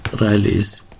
rallies